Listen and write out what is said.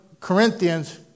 Corinthians